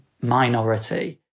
minority